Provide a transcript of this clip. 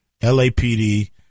LAPD